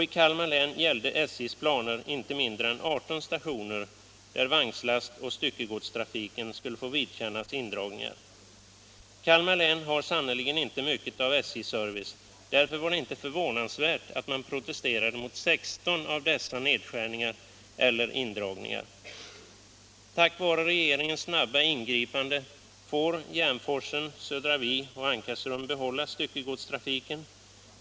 I Kalmar län gällde SJ:s planer inte mindre än 18 stationer, där vagnslastoch styckegodstrafiken skulle få vidkännas indragningar. Kalmar län har sannerligen inte mycket av SJ-service. Därför var det inte förvånansvärt att man protesterade mot 16 av dessa nedskärningar eller indragningar. Tack vare regeringens snabba ingripande får Järnforsen, Södra Vi och Ankarsrum behålla styckegodstrafiken.